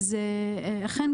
אכן,